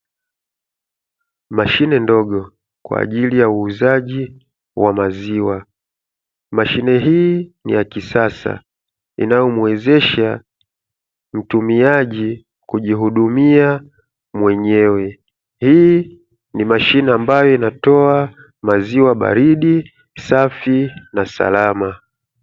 Mashine ndogo kwaajili ya uuzaji wa maziwa, mashine hii ni ya kisasa inayomuewezesha mtumiaji kujihudumia mwenyewe, hii ni mashine ambayo inatoa maziwa baridi, safi na salama.